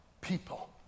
people